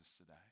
today